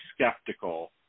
skeptical